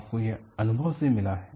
आपको यह अनुभव से मिला है